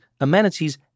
amenities